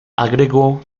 agregó